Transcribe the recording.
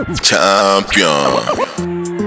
Champion